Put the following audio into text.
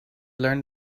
learn